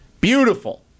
Beautiful